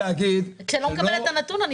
כשאני לא מקבלת את הנתון,